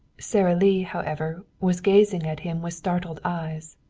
sara lee, however, was gazing at him with startled eyes.